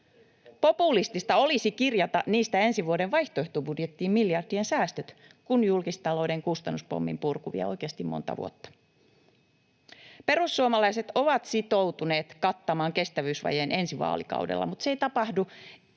Populistista olisi kirjata niistä ensi vuoden vaihtoehtobudjettiin miljardien säästöt, kun julkistalouden kustannuspommin purku vie oikeasti monta vuotta. Perussuomalaiset ovat sitoutuneet kattamaan kestävyysvajeen ensi vaalikaudella, mutta se ei tapahdu